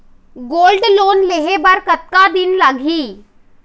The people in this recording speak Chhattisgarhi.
गोल्ड लोन लेहे बर कतका दिन लगही?